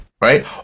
Right